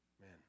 Man